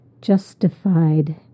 Justified